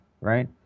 right